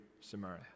Samaria